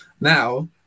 Now